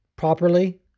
Properly